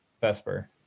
Vesper